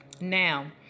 Now